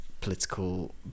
political